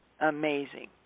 Amazing